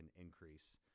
increase